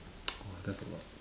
!wah! that's a lot